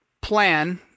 plan